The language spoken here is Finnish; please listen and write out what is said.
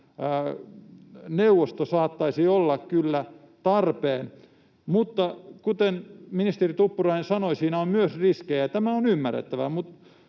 neuvosto saattaisi todella kyllä olla tarpeen. Mutta kuten ministeri Tuppurainen sanoi, siinä on myös riskejä, ja tämä on ymmärrettävää,